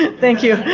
and thank you,